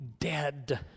dead